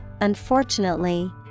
unfortunately